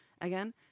Again